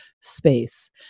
space